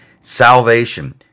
salvation